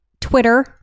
Twitter